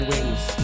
Wings